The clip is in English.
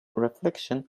reflection